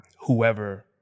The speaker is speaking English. whoever